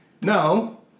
Now